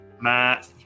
Matt